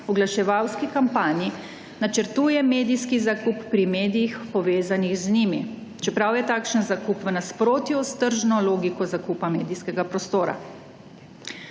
oglaševalski kampanji načrtuje medijski zakup pri medijih povezanih z njimi, čeprav je takšen zakup v nasprotju s tržno logiko zakupa medijskega prostora.